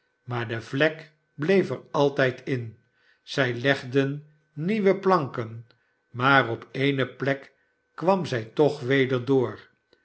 maar de vlek bleef er altijd in zij legden nieuwe planken maar op ne plek kwam zij toch weder door